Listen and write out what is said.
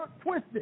twisted